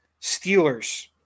Steelers